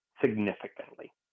Significantly